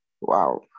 Wow